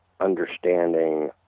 understanding